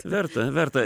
verta verta